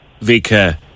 Vika